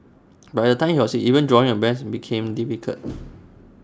by the time he was six even drawing A breath became difficult